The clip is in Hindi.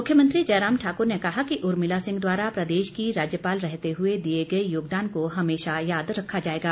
मुख्यमंत्री जयराम ठाकर ने कहा कि उर्मिला सिंह द्वारा प्रदेश की राज्यपाल रहते हुए दिए गए योगदान को हमेशा याद रखा जाएगा